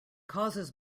causes